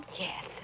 Yes